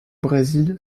brésil